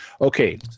okay